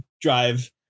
drive